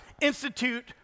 institute